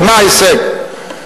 ומה ההישג?